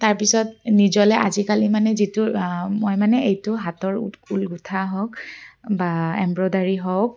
তাৰপিছত নিজলৈ আজিকালি মানে যিটো মই মানে এইটো হাতৰ ঊল গুঠা হওক বা এম্ব্ৰইডাৰী হওক